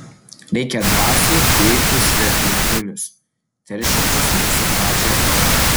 reikia drąsiai guiti svetimkūnius teršiančius mūsų gražiąją kalbą